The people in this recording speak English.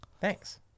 thanks